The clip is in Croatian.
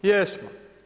Jesmo.